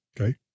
okay